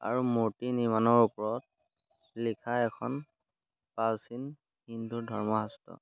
আৰু মূৰ্তি নিৰ্মাণৰ ওপৰত লিখা এখন প্ৰাচীন হিন্দু ধৰ্মশাস্ত্ৰ